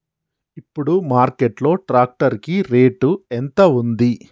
ఇప్పుడు మార్కెట్ లో ట్రాక్టర్ కి రేటు ఎంత ఉంది?